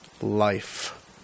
life